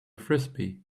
frisbee